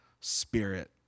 Spirit